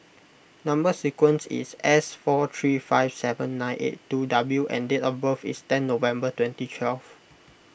Number Sequence is S four three five seven nine eight two W and date of birth is ten November twenty twelve